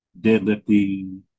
deadlifting